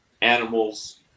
animals